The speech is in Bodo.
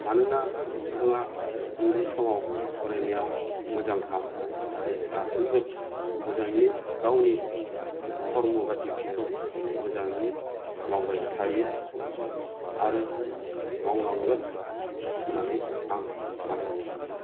मानोना बिथाङा उन्दै समाव फरायनायाव मोजांखामोन आरो दासिमबो मोजाङैनो गावनि कर्म बा डिउटिखौ मोजाङैनो मावबाय थायो आरो मावलांगोन होन्नानै आं आसा थियो